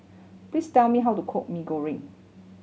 please tell me how to cook Mee Goreng